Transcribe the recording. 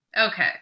Okay